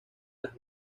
las